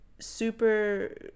super